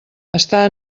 estar